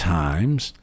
times